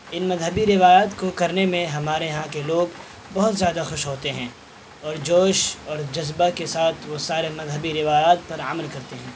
ان مذہبی روایات کو کرنے میں ہمارے یہاں کے لوگ بہت زیادہ خوش ہوتے ہیں اور جوش اور جذبہ کے ساتھ وہ سارے مذہبی روایات پر عمل کرتے ہیں